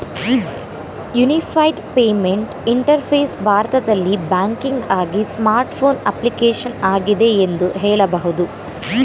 unified payment interface ಭಾರತದಲ್ಲಿ ಬ್ಯಾಂಕಿಂಗ್ಆಗಿ smart phone application ಆಗಿದೆ ಎಂದು ಹೇಳಬಹುದು